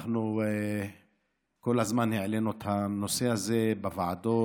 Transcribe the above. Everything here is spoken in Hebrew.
אנחנו כל הזמן העלינו את הנושא הזה בוועדות,